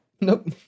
Nope